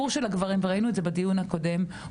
ראינו את זה בדיון הקודם,